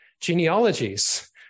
Genealogies